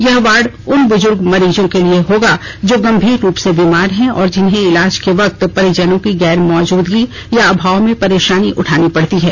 यह वार्ड उन बुजुर्ग मरीजों के लिए होगा जो गंभीर रूप से बीमार हैं और जिन्हें इलाज के वक्त परिजनों की गैरमूजदगी या अभाव में परेशानी उठानी पड़ती है